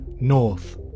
North